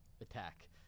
attack